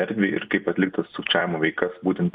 erdvei ir kaip atlikt tas sukčiavimo veikas būtent